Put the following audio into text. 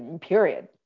period